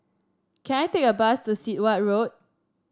can I take a bus to Sit Wah Road